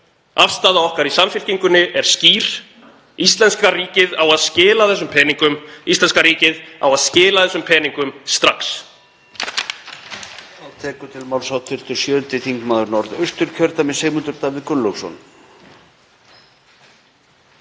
Afstaða okkar í Samfylkingunni er skýr. Íslenska ríkið á að skila þessum peningum.